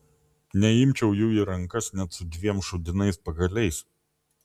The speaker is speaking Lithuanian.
neimčiau jų į rankas net su dviem šūdinais pagaliais